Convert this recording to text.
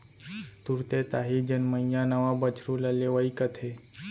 तुरते ताही जनमइया नवा बछरू ल लेवई कथें